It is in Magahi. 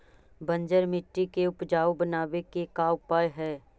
बंजर मट्टी के उपजाऊ बनाबे के का उपाय है?